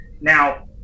now